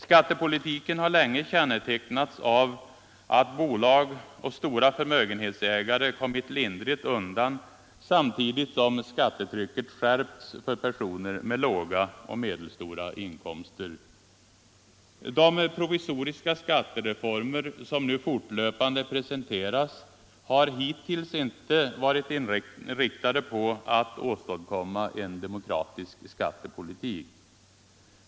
Skattepolitiken har länge kännetecknats av att bolag och stora förmögenhetsägare kommit lindrigt undan samtidigt som skattetrycket skärpts för personer med låga och medelstora inkomster. De provisoriska skattereformer som nu fortlöpande presenteras har hittills inte varit inriktade på att åstadkomma en demokratisk skattepolitik.